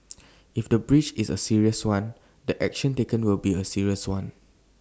if the breach is A serious one the action taken will be A serious one